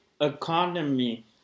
Economy